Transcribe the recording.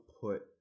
put